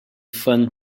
fun